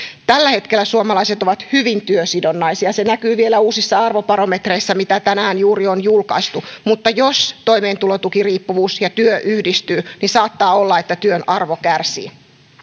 tällä hetkellä suomalaiset ovat hyvin työsidonnaisia se näkyy vielä uusissa arvobarometreissä mitä juuri tänään on julkaistu mutta jos toimeentulotukiriippuvuus ja työ yhdistyvät niin saattaa olla että työn arvo kärsii